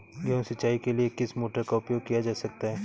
गेहूँ सिंचाई के लिए किस मोटर का उपयोग किया जा सकता है?